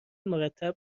مرتب